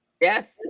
yes